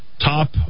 Top